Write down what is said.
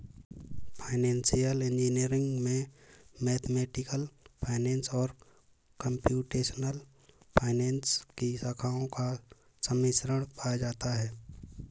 financial engineering में mathematical finance और computational finance की शाखाओं का सम्मिश्रण पाया जाता है